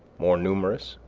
more numerous,